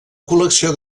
col·lecció